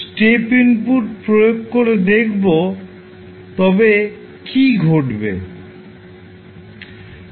step input প্রয়োগ করে দেখবো কী ঘটবে